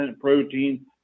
protein